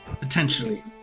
potentially